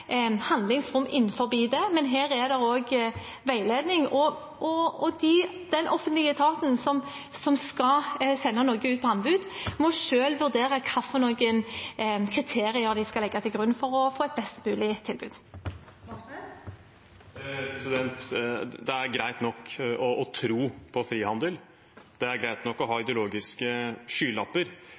handlingsrom innenfor det, men her er det også veiledning. Den offentlige etaten som skal sende noe ut på anbud, må selv vurdere hvilke kriterier de skal legge til grunn for å få et best mulig tilbud. Det er greit nok å tro på frihandel. Det er greit nok å ha ideologiske skylapper,